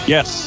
Yes